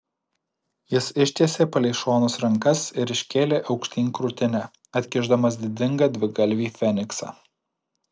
jis ištiesė palei šonus rankas ir iškėlė aukštyn krūtinę atkišdamas didingą dvigalvį feniksą